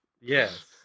Yes